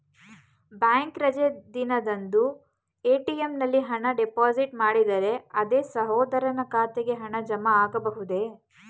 Bank ರಜೆ ದಿನದಂದು ATM ನಲ್ಲಿ ಹಣ ಡಿಪಾಸಿಟ್ ಮಾಡಿದರೆ ಅಂದೇ ಸಹೋದರನ ಖಾತೆಗೆ ಹಣ ಜಮಾ ಆಗಬಹುದೇ?